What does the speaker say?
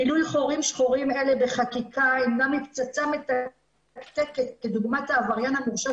מילוי חורים שחורים אלה בחקיקה ימנע מפצצה מתקתקת כדוגמת העבריין המורשע